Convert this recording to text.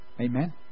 Amen